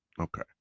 Okay